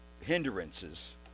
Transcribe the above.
hindrances